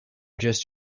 just